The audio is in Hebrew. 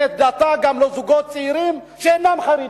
את דעתה גם לזוגות צעירים שאינם חרדים.